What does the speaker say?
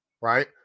right